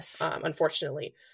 unfortunately